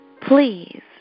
please